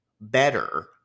better